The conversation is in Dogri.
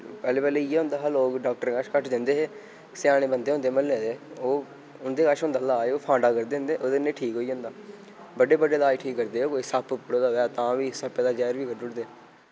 पैह्ले पैह्ले इ'यै होंदा हा लोक डाक्टर कच्छ घट्ट जंदे हे स्याने बंदे होंदे म्हल्ले दे ओह् उं'दे कच्छ होंदा लाज ओह् फांडा करी दिंदे ओह्दे ने ठीक होई जंदा बड्डे बड्डे लाज ठीक करदे ओह् कोई सप्प पुड़े दा होए तां बी सप्पे दा जैह्र बी कड्डूड़दे